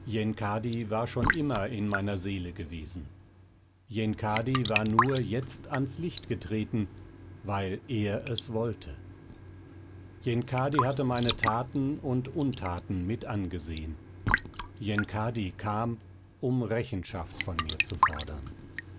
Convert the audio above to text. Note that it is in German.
war schon immer in meiner seele gewesen yenkadi war nur jetzt ans licht getreten weil er es wollte yenkadi hatte meine taten und untaten mitangesehen yenkadi kam um rechenschaft von mir zu fordern